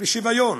ושוויון